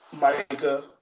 Micah